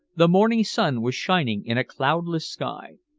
the morning sun was shining in a cloudless sky.